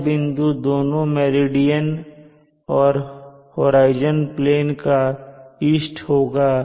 यह बिंदु दोनों मेरिडियन और होराइजन प्लेन का ईस्ट होगा